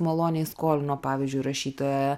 maloniai skolino pavyzdžiui rašytoją